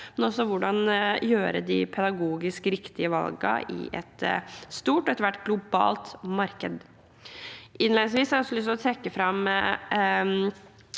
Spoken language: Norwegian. men også å vite hvordan man gjør de pedagogisk riktige valgene i et stort og etter hvert globalt marked. Videre har jeg lyst til å trekke fram